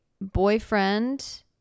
boyfriend